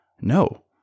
No